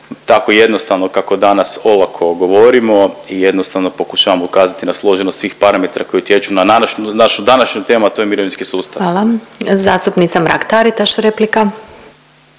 tako jednostavno kako danas olako govorimo i jednostavno pokušavam ukazati na složenost svih parametara koji utječu na našu današnju temu, a to je mirovinski sustav. **Glasovac, Sabina (SDP)** Hvala. Zastupnica Mrak Taritaš replika.